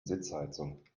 sitzheizung